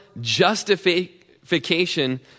justification